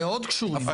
מאוד קשורים...